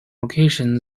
locations